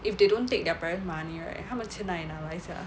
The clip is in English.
if they don't take their parents' money right 他们钱哪里拿来 sia